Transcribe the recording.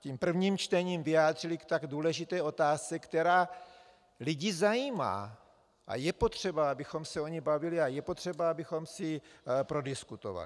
tím prvním čtením vyjádřili k tak důležité otázce, která lidi zajímá, a je potřeba, abychom se o ní bavili, a je potřeba, abychom si ji prodiskutovali.